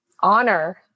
honor